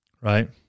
right